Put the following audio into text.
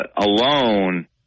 alone